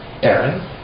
Aaron